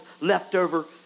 leftover